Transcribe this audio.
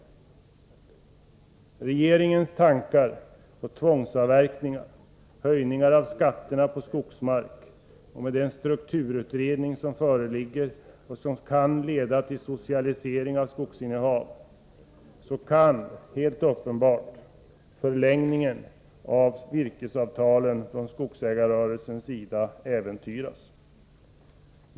Med regeringens tankar på tvångsavverkningar och höjningar av skatterna på skogsmark samt med de strukturplaner som föreligger och som kan leda till socialisering av skogsinnehav kan helt uppenbart förlängningen av virkesavtalen äventyras.